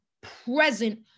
present